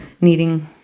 needing